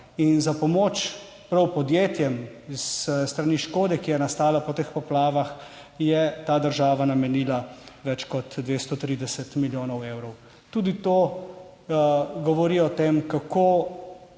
za pomoč prav podjetjem s strani škode, ki je nastala po teh poplavah je ta država namenila več kot 230 milijonov evrov. Tudi to govori o tem, kako